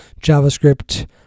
JavaScript